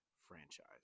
franchise